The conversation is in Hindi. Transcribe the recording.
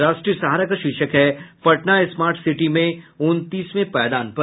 राष्ट्रीय सहारा का शीर्षक है पटना स्मार्ट सिटी में उनतीसवें पायदान पर